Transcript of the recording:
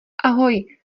ahoj